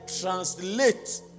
translate